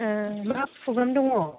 मा प्रग्राम दङ